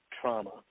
trauma